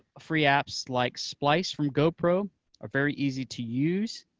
free apps like splice from gopro are very easy to use,